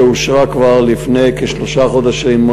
שאושרה כבר לפני כשלושה חודשים,